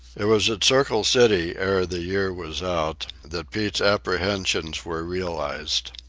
it was at circle city, ere the year was out, that pete's apprehensions were realized.